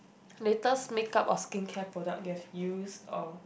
latest makeup or skin care product you have use or